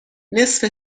نصف